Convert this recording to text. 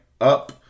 up